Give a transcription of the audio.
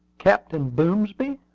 captain boomsby?